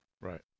right